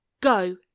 Go